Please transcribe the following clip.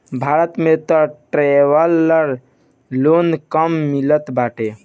भारत में तअ traveller loan कम मिलत बाटे